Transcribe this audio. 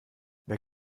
wer